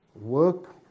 work